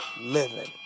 living